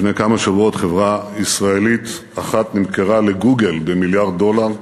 לפני כמה שבועות חברה ישראלית אחת נמכרה ל"גוגל" במיליארד דולר,